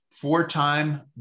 four-time